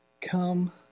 come